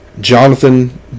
jonathan